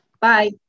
bye